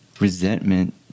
resentment